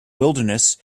wilderness